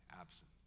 absent